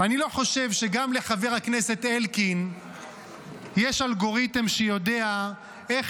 אני לא חושב שגם לחבר הכנסת אלקין יש אלגוריתם שיודע איך